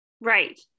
Right